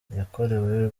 yakorewe